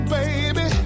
baby